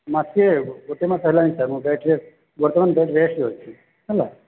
ମାସ ଗୋଟେ ମାସ ହେଲାଣି ସାର୍ ମୁଁ ତ ଏଇଠି ଗୋଟେ ମାସ ରେଷ୍ଟରେ ଅଛି ହେଲା